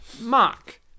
Mark